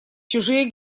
чужие